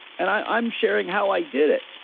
and i'm sharing how i did it.